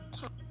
cat